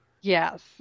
Yes